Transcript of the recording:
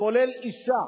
כולל אשה